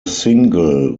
single